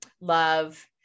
love